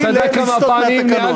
לסטות מהתקנון.